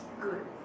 good